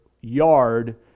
yard